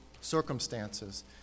circumstances